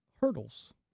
hurdles